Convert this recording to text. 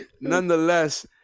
nonetheless